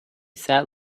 sat